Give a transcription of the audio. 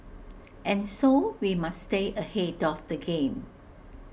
and so we must stay ahead of the game